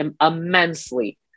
immensely